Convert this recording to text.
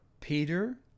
Peter